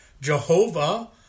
Jehovah